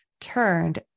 turned